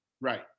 Right